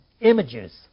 images